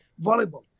volleyball